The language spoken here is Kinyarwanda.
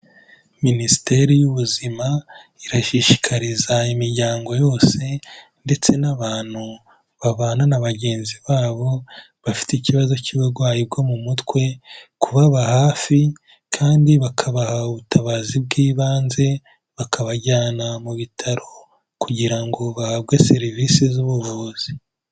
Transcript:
Minisiteri y'Ubuzima, irashishikariza imiryango yose ndetse n'abantu babana na bagenzi babo, bafite ikibazo cy'uburwayi bwo mu mutwe, kubaba hafi kandi bakabaha ubutabazi bw'ibanze, bakabajyana mu bitaro kugira ngo bahabwe serivisi z'ubuvuvuzi.